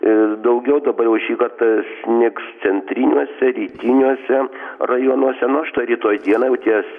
ir daugiau dabar jau šį kartą snigs centriniuose rytiniuose rajonuose na o štai rytoj dieną jau ties